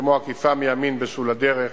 כמו עקיפה מימין בשול הדרך,